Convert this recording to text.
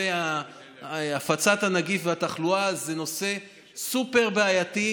הפצת הנגיף והתחלואה זה נושא סופר-בעייתי,